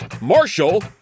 Marshall